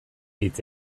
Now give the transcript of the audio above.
hitz